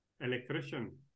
electrician